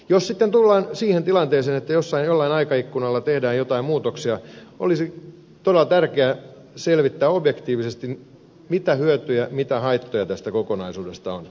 jos sitten tullaan siihen tilanteeseen että jollain aikaikkunalla tehdään joitain muutoksia olisi todella tärkeä selvittää objektiivisesti mitä hyötyjä ja mitä haittoja tästä kokonaisuudesta on